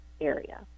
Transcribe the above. area